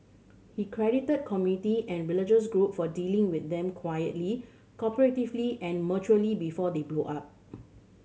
he credited community and religious group for dealing with them quietly cooperatively and maturely before they blow up